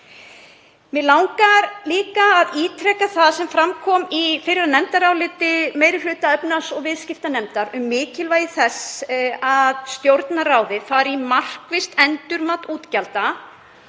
Mig langar líka að ítreka það sem fram kom í nefndaráliti meiri hluta efnahags- og viðskiptanefndar um mikilvægi þess að Stjórnarráðið fari í markvisst endurmat útgjalda